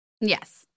Yes